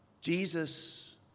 Jesus